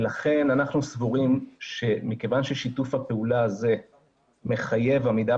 ולכן אנחנו סבורים שמכיוון ששיתוף הפעולה הזה מחייב עמידה